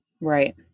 right